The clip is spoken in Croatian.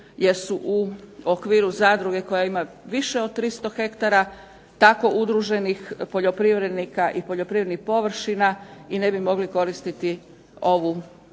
jer su u okviru zadruge koja ima više od 300 hektara, tako udruženih poljoprivrednika i poljoprivrednih površina i ne bi mogli koristiti ovu